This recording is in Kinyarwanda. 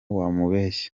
wamubeshya